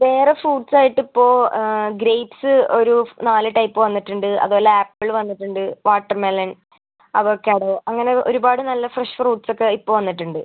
വേറെ ഫ്രൂട്ട്സായിട്ടിപ്പോൾ ഗ്രേപ്സ്സ് ഒരു നാല് ടൈപ്പ് വന്നിട്ടുണ്ട് അത് പോലെ ആപ്പിൾ വന്നിട്ടുണ്ട് വാട്ടർ മെലൺ അവൊക്ക്യാഡോ അങ്ങനെ ഒരുപാട് നല്ല ഫ്രെഷ് ഫ്രൂട്ട്സ് ഒക്കെ ഇപ്പോൾ വന്നിട്ടുണ്ട്